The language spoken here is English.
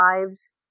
lives